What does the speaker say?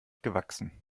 gewachsen